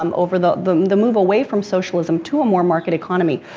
um over the, the, the move-away from socialism to a more market economy,